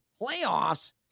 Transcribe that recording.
playoffs